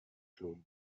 claude